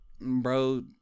Bro